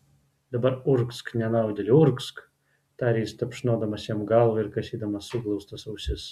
dabar urgzk nenaudėli urgzk tarė jis tapšnodamas jam galvą ir kasydamas suglaustas ausis